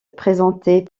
présentait